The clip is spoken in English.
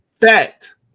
fact